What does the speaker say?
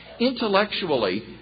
Intellectually